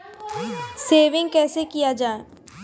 Saving कैसै किया जाय?